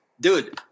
Dude